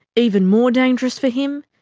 even more dangerous for him,